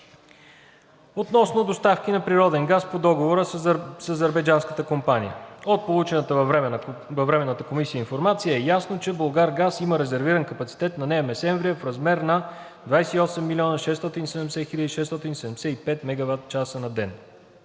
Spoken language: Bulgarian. Относно доставки на природен газ по Договора с азербайджанската компания. От получената във Временната комисия информация е ясно, че „Булгаргаз“ има резервиран капацитет на Неа Месемврия в размер на 28 670 675 мегаватчаса на ден.